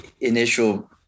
initial